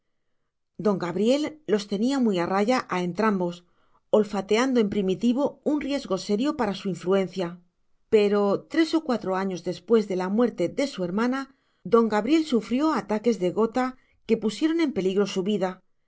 don gabriel los tenía muy a raya a entrambos olfateando en primitivo un riesgo serio para su influencia pero tres o cuatro años después de la muerte de su hermana don gabriel sufrió ataques de gota que pusieron en peligro su vida